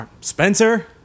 Spencer